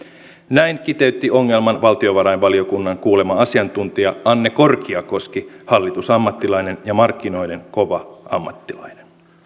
näin kiteytti ongelman valtiovarainvaliokunnan kuulema asiantuntija anne korkiakoski hallitusammattilainen ja markkinoiden kova ammattilainen